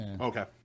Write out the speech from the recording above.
Okay